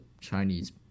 Chinese